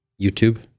YouTube